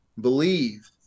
believe